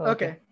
Okay